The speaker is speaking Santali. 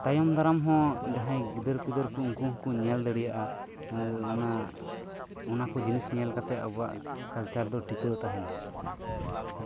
ᱛᱟᱭᱚᱢ ᱫᱟᱨᱟᱢ ᱦᱚᱸ ᱡᱟᱦᱟᱸᱭ ᱜᱤᱫᱽᱨᱟᱹ ᱯᱤᱫᱽᱨᱟᱹ ᱩᱱᱠᱩ ᱦᱚᱸ ᱠᱚ ᱧᱮᱞ ᱫᱟᱲᱮᱭᱟᱜᱼᱟ ᱟᱨ ᱚᱱᱟ ᱚᱱᱟ ᱠᱚ ᱡᱤᱱᱤᱥ ᱧᱮᱞ ᱠᱟᱛᱮᱫ ᱟᱵᱚᱣᱟᱜ ᱠᱟᱞᱪᱟᱨ ᱫᱚ ᱴᱤᱠᱟᱹᱣ ᱛᱟᱦᱮᱱᱟ